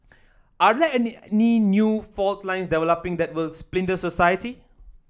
are there new fault lines developing that will splinter society